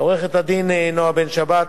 לעורכת-הדין נועה בן-שבת,